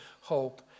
hope